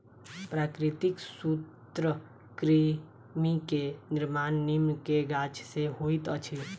प्राकृतिक सूत्रकृमि के निर्माण नीम के गाछ से होइत अछि